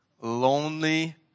lonely